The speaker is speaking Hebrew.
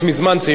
"צעירותי",